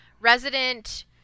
resident